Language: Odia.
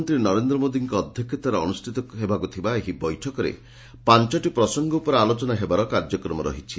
ପ୍ରଧାନମନ୍ତୀ ନରେନ୍ଦ ମୋଦୀଙ୍କ ଅଧ୍ଧକ୍ଷତାରେ ଅନୁଷିତ ହେବାକୁ ଥିବା ଏହି ବୈଠକରେ ପାଞ୍ଚଟି ପ୍ରସଙ୍ଙ ଉପରେ ଆଲୋଚନା ହେବାର କାର୍ଯ୍ୟକ୍ରମ ରହିଛି